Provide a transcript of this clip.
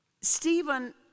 Stephen